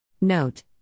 Note